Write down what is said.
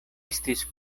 estis